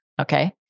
okay